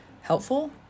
helpful